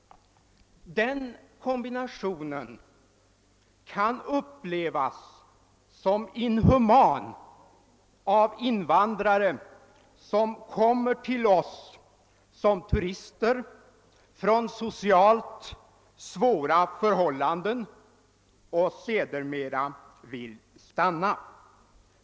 Den kombinationen kan upplevas som inhuman av invandrare som kommer till oss som turister från socialt svåra förhållanden och sedermera vill stanna.